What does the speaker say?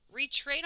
retrain